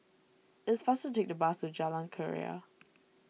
it's faster to take the bus to Jalan Keria